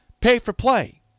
pay-for-play